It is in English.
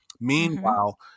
Meanwhile